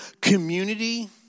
community